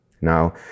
Now